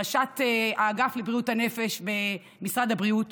ראשת האגף לבריאות הנפש במשרד הבריאות,